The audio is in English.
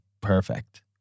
perfect